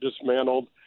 dismantled